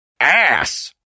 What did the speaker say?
ass